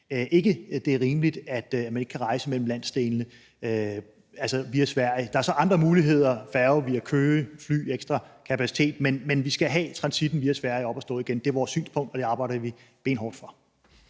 det er rimeligt, at man ikke kan rejse mellem landsdelene via Sverige. Der er så andre muligheder med færgen via Køge, og der er fly med ekstra kapacitet, men vi skal have transitten via Sverige op at stå igen. Det er vores synspunkt, og det arbejder vi benhårdt for.